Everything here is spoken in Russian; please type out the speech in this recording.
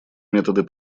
методы